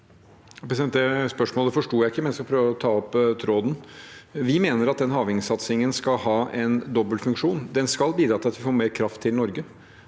Vi mener at den havvindsatsingen skal ha en dobbeltfunksjon. Den skal bidra til at vi får mer kraft til Norge.